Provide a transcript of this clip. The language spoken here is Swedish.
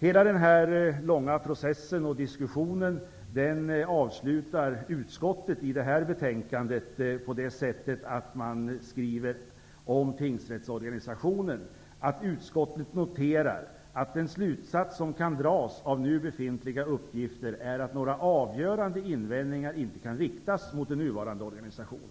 Hela denna långa process och diskussion avslutar utskottet i detta betänkande genom att om tingsrättsorganisationen skriva: ''Utskottet noterar att den slutsats som kan dras av nu befintliga uppgifter är att några avgörande invändningar inte kan riktas mot den nuvarande organisationen.''